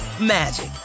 magic